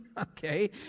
okay